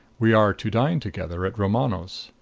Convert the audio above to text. we are to dine together at romano's.